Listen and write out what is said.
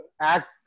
act